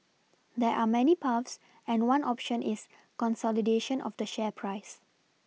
there are many paths and one option is consolidation of the share price